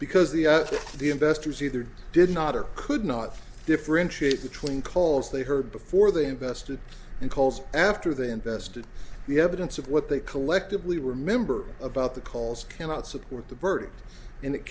because the outfit the investors either did not or could not differentiate between calls they heard before they invested in calls after they invested the evidence of what they collectively remember about the calls cannot support the verdict and it